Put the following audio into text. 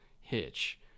hitch